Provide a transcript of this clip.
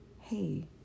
hey